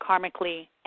karmically